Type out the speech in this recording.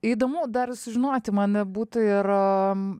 įdomu dar sužinoti man e būtų ir